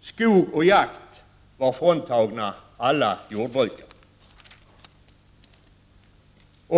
Skog och jakt var fråntagna alla jordbrukare.